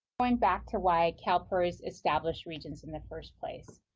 going back to why calpers established regions in the first place.